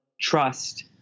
trust